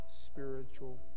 spiritual